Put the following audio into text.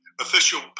official